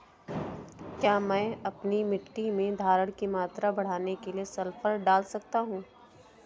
क्या मैं अपनी मिट्टी में धारण की मात्रा बढ़ाने के लिए सल्फर डाल सकता हूँ?